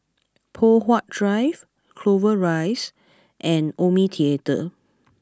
Poh Huat Drive Clover Rise and Omni Theatre